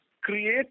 create